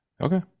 Okay